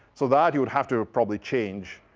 so that you would have to probably change.